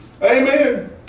Amen